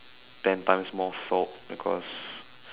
ten times more salt because